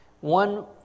One